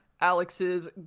Alex's